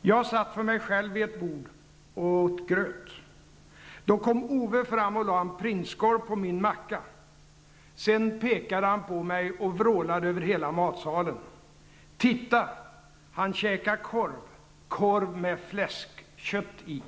Jag satt för mig själv vid ett bord och åt gröt. Då kom Ove fram och la en prinskorv på min macka. Sen pekade han på mig och vrålade över hela matsalen: Titta! Han käkar korv, korv med fläskkött i.'